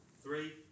Three